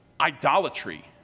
idolatry